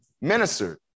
ministered